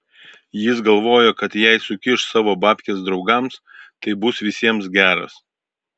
jis galvojo kad jei sukiš savo babkes draugams tai bus visiems geras